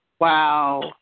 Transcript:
Wow